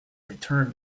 returned